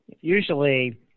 Usually